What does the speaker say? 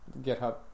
GitHub